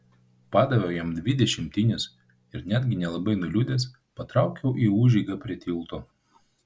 padaviau jam dvi dešimtines ir netgi nelabai nuliūdęs patraukiau į užeigą prie tilto